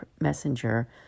messenger